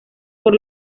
por